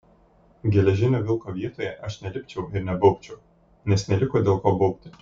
geležinio vilko vietoje aš nelipčiau ir nebaubčiau nes neliko dėl ko baubti